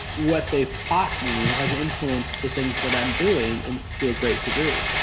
what they've taught me has influenced the things that i'm doing and to a great degree.